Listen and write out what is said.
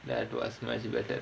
that was much better